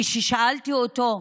כששאלתי אותו: